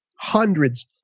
hundreds